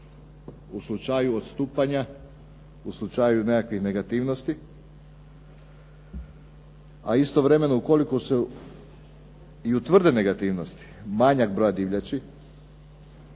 u slučaju odstupanja, u slučaju nekakvih negativnosti? A istovremeno ukoliko se i utvrde negativnosti, manjak broja divljači,